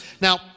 Now